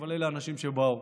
אבל אלה האנשים שבאו,